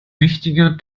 wichtiger